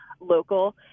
local